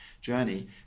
journey